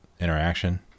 interaction